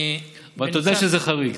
תודה שזה חריג.